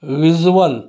visual